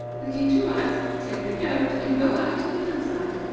little two-eyes, take the goat and go out to the hillside.